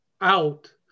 Out